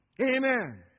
Amen